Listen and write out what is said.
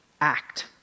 act